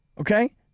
okay